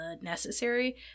necessary